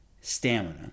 stamina